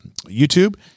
YouTube